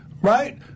Right